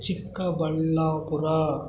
Chikkaballapur